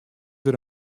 der